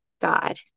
God